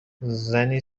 زنی